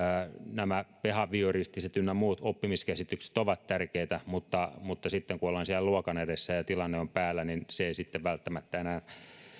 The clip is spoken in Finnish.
nämä behavioristiset ynnä muut oppimiskäsitykset ovat tärkeitä mutta mutta sitten kun ollaan siellä luokan edessä ja tilanne on päällä niin ne eivät sitten välttämättä enää